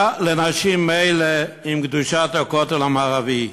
מה לנשים אלה עם קדושת הכותל המערבי?